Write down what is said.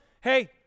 Hey